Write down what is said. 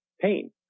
pain